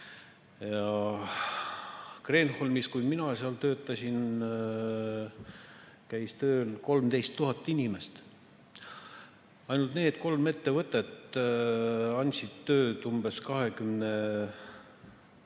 Ja Kreenholmis, kui mina seal töötasin, käis tööl 13 000 inimest. Ainult need kolm ettevõtet andsid tööd 22 000